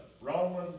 Roman